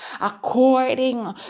according